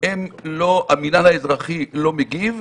המינהל האזרחי לא מגיב,